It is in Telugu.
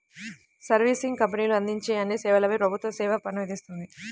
సర్వీసింగ్ కంపెనీలు అందించే అన్ని సేవలపై ప్రభుత్వం సేవా పన్ను విధిస్తుంది